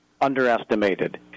underestimated